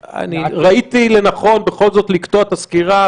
ראיתי לנכון בכל זאת לקטוע את הסקירה,